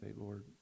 Lord